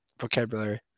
vocabulary